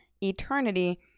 eternity